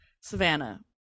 savannah